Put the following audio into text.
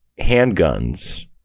handguns